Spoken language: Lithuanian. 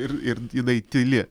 ir ir jinai tyli